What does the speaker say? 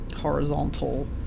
Horizontal